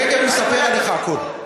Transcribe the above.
תכף אספר לך הכול.